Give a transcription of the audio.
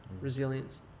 resilience